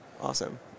Awesome